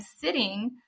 sitting